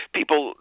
People